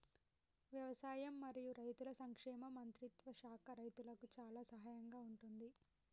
వ్యవసాయం మరియు రైతుల సంక్షేమ మంత్రిత్వ శాఖ రైతులకు చాలా సహాయం గా ఉంటుంది